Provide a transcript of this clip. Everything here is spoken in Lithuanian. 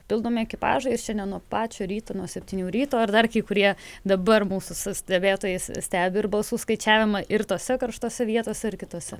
papildomi ekipažai ir šiandien nuo pačio ryto nuo septynių ryto ir dar kai kurie dabar mūsų su stebėtojais stebi ir balsų skaičiavimą ir tose karštuose vietos ir kitose